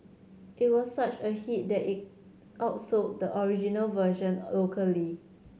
it was such a hit that it outsold the original version locally